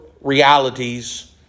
realities